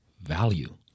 Value